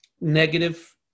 negative